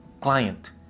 client